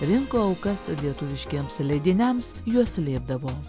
rinko aukas lietuviškiems leidiniams juos slėpdavo